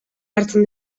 hartzen